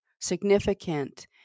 significant